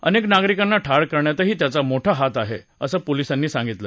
अनेक नागरिकांना ठार करण्यातही त्याचा हात होता असं पोलिसांनी सांगितलं